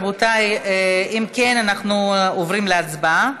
רבותיי, אם כן, אנחנו עוברים להצבעה.